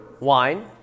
Wine